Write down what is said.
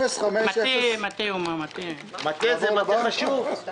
זה מטה חשוב.